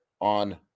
on